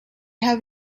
have